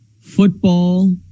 football